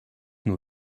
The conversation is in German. nur